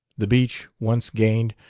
the beach, once gained,